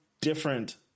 different